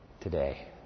today